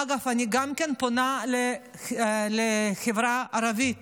אגב, אני גם פונה לחברה הערבית: